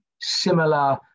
similar